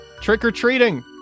trick-or-treating